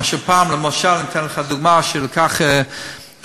חוק ומשפט להכנה לקריאה ראשונה.